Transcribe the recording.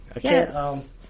Yes